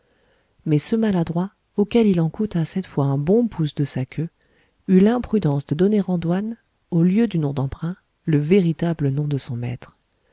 mais ce maladroit auquel il en coûta cette fois un bon pouce de sa queue eut l'imprudence de donner en douane au lieu du nom d'emprunt le véritable nom de son maître